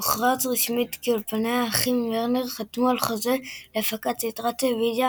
הוכרז רשמית כי אולפני האחים וורנר חתמו על חוזה להפקת סדרת טלוויזיה